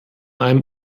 einem